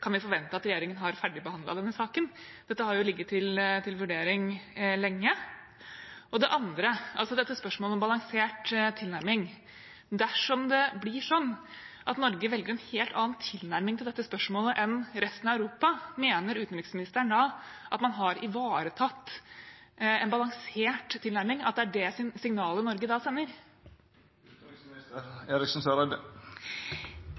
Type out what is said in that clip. kan vi forvente at regjeringen har ferdigbehandlet denne saken? Dette har jo ligget til vurdering lenge. Det andre er dette spørsmålet om balansert tilnærming. Dersom det blir slik at Norge velger en helt annen tilnærming til dette spørsmålet enn resten av Europa, mener utenriksministeren da at man har ivaretatt en balansert tilnærming – at det er det signalet Norge da sender?